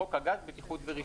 חוק הגז בטיחות ורישוי.